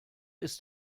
ist